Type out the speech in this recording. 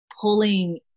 pulling